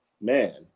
man